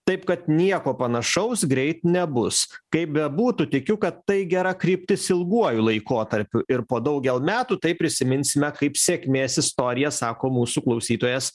taip kad nieko panašaus greit nebus kaip bebūtų tikiu kad tai gera kryptis ilguoju laikotarpiu ir po daugel metų tai prisiminsime kaip sėkmės istoriją sako mūsų klausytojas